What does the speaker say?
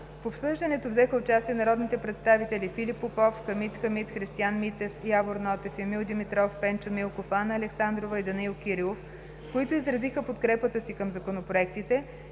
В обсъждането взеха участие народните представители Филип Попов, Хамид Хамид, Христиан Митев, Явор Нотев, Емил Димитров, Пенчо Милков, Анна Александрова и Данаил Кирилов, които изразиха подкрепата си към законопроектите,